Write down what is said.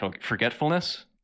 forgetfulness